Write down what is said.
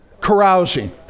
Carousing